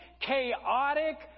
chaotic